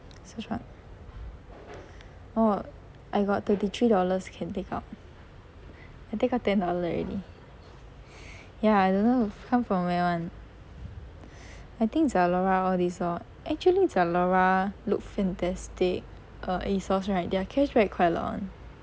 search what oh I got thirty three dollars can take out I take ten dollar already ya I don't know come from where [one] I think Zalora all these lor actually Zalora look fantastic Asus right their case right quite a lot [one]